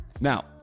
Now